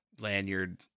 lanyard